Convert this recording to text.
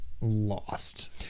lost